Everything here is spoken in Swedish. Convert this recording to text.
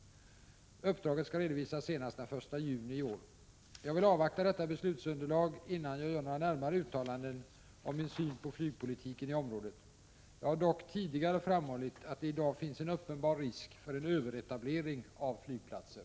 Uppdraget skall redovisas senast den 1 juni i år. Jag vill avvakta detta beslutsunderlag innan jag gör några närmare uttalanden om min syn på flygpolitiken i området. Jag har dock tidigare framhållit att det i dag finns en uppenbar risk för en överetablering av flygplatser.